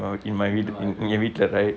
no I don't know